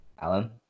Alan